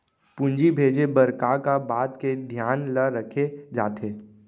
पूंजी भेजे बर का का बात के धियान ल रखे जाथे?